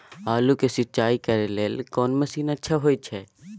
आलू के सिंचाई करे लेल कोन मसीन अच्छा होय छै?